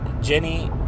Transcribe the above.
Jenny